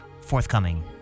Forthcoming